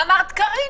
תירגעי.